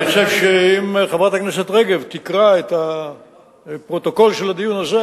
אם חברת הכנסת רגב תקרא את הפרוטוקול של הדיון הזה,